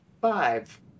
Five